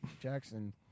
Jackson